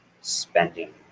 spending